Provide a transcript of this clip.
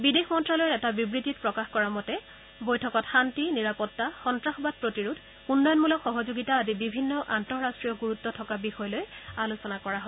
বিদেশ মন্ত্ৰ্যালয়ৰ এটা বিবৃতিত প্ৰকাশ কৰা মতে বৈঠকত শান্তি নিৰাপত্তা সন্ত্ৰাসবাদ প্ৰতিৰোধ উন্নয়নমূলক সহযোগিতা আদি বিভিন্ন আন্তঃৰাষ্ট্ৰীয় গুৰুত্ব থকা বিষয় লৈ আলোচনা কৰা হয়